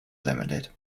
limited